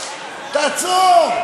תעצור,